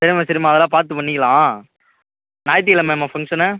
சரிம்மா சரிம்மா அதெல்லாம் பார்த்து பண்ணிக்கலாம் ஞாயித்துக்கிலமையாம்மா ஃபங்க்ஷன்னு